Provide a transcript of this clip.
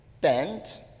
bent